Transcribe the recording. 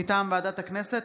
מטעם ועדת הכנסת.